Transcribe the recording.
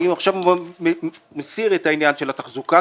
אני עכשיו מסיר את העניין של התחזוקה,